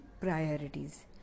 priorities